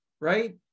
right